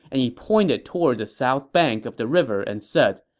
and he pointed toward the south bank of the river and said,